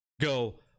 go